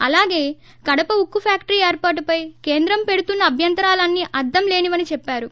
అలాగే కడప ఉక్కు ఫ్యాక్టరీ ఏర్పాటుపై కేంద్రం పెడుతున్న అభ్యంతరాలన్నీ అర్దం లేనివని చెప్పారు